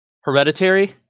hereditary